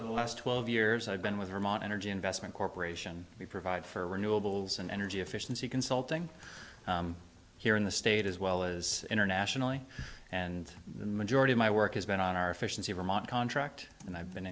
for the last twelve years i've been with him on energy investment corporation we provide for renewables and energy efficiency consulting here in the state as well as internationally and the majority of my work has been on our efficiency vermont contract and i've been